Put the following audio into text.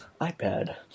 ipad